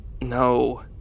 No